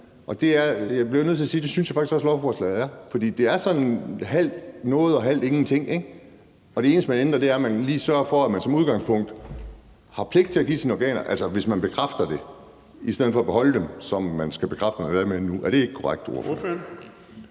og jeg bliver nødt til at sige, at det synes jeg faktisk også at det her forslag er. For det er sådan halvt noget og halvt ingenting, ikke? Det eneste, man ændrer, er, at man lige sørger for, at man som udgangspunkt har pligt til at give sine organer, altså hvis man bekræfter det, i stedet for at beholde dem. Er det ikke korrekt, ordfører?